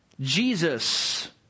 Jesus